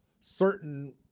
certain